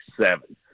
seven